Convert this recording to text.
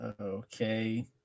Okay